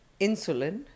insulin